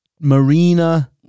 Marina